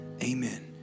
amen